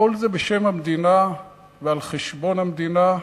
הכול זה בשם המדינה ועל-חשבון המדינה.